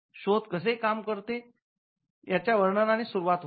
शोध कसे काम करते याच्या वर्णनाने सुरुवात होते